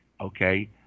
okay